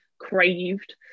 craved